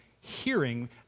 hearing